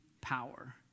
power